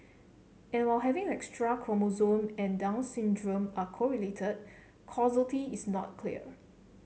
and while having an extra chromosome and Down syndrome are correlated causality is not clear